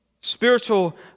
Spiritual